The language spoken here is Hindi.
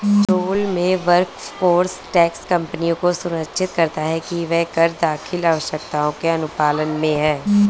पेरोल या वर्कफोर्स टैक्स कंपनियों को सुनिश्चित करता है कि वह कर दाखिल आवश्यकताओं के अनुपालन में है